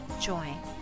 join